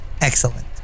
Excellent